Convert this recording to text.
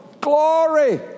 glory